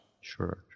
sure